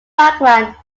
background